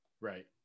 Right